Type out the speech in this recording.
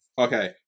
Okay